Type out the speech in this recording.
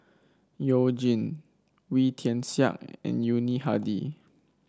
You Jin Wee Tian Siak and Yuni Hadi